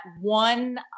one